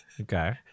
Okay